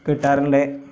കിട്ടാറുണ്ട്